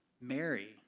Mary